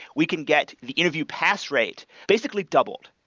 we can get the interview pass rate basically doubled.